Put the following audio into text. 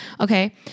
Okay